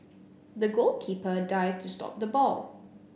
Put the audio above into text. the goalkeeper dived to stop the ball